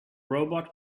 robot